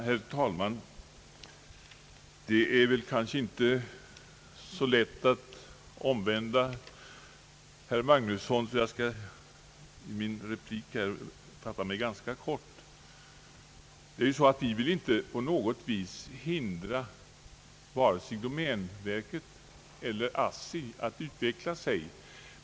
Herr taiman! Det är kanske inte så lätt att omvända herr Magnusson, och jag skall i min replik fatta mig ganska kort. Vi vill inte på något vis hindra vare sig domänverket eller ASSI att utveckla sig.